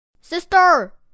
Sister